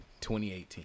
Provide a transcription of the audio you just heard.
2018